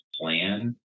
plan